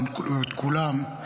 או את כולם,